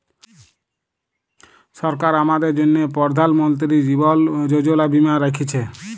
সরকার আমাদের জ্যনহে পরধাল মলতিরি জীবল যোজলা বীমা রাখ্যেছে